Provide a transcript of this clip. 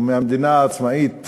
או מהמדינה העצמאית